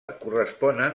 corresponen